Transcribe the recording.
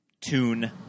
tune